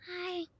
Hi